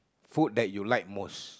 food that you like most